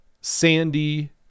Sandy